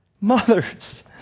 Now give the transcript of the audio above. Mothers